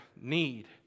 need